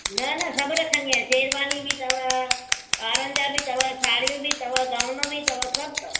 न न सभु रखंदी आहियां शेरवानी बि अथव ॿारनि जा बि अथव साड़ियूं बि अथव गाउन बि अथव सभ अथव